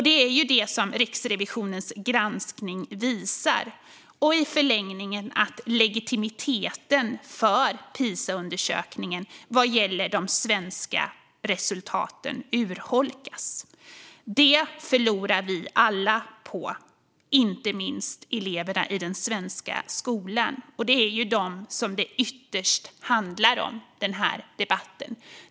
Det är det som Riksrevisionens granskning visar och i förlängningen att legitimiteten för Pisaundersökningen vad gäller de svenska resultaten urholkas. Det förlorar vi alla på, inte minst eleverna i den svenska skolan. Och det är ju ytterst dem som debatten handlar om.